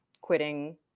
quitting